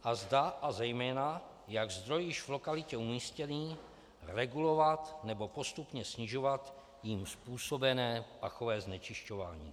A zda a zejména, jak zdroj již v lokalitě umístěný regulovat nebo postupně snižovat jím způsobené pachové znečišťování.